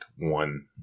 one